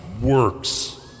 works